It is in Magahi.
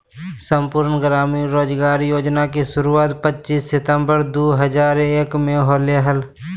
संपूर्ण ग्रामीण रोजगार योजना के शुरुआत पच्चीस सितंबर दु हज़ार एक मे शुरू होलय हल